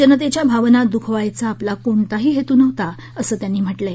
जनतेच्या भावना दुखवायचा आपला कोणताही हेतू नव्हता असं त्यांनी म्हटलं आहे